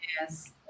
yes